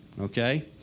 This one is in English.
Okay